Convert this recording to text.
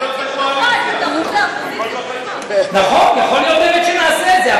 גפני, נכון, יכול להיות באמת שנעשה את זה.